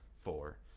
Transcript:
four